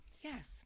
yes